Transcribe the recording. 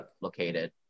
located